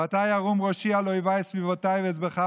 ועתה ירום ראשי על אֹיְבַי סביבותי ואזבחה